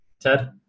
Ted